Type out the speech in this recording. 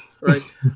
Right